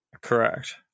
Correct